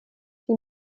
die